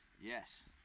yes